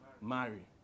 marry